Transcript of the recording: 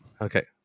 Okay